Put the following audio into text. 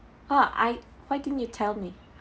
!wah! I why didn't you tell me